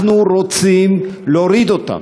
אנחנו רוצים להוריד אותם,